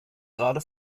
gerade